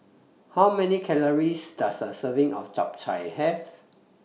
How Many Calories Does A Serving of Japchae Have